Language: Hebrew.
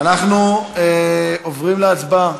אנחנו עוברים להצבעה.